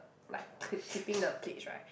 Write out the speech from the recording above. like k~ keeping the plates right